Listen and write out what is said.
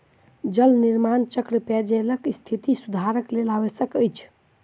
जल निर्माण चक्र पेयजलक स्थिति सुधारक लेल आवश्यक अछि